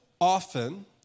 often